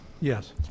Yes